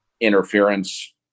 interference